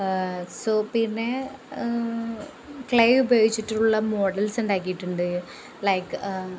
so പിന്നെ clay ഉപയോഗിച്ചിട്ടുള്ള മോഡൽസ്സുണ്ടാക്കിയിട്ടുണ്ട് ലൈക്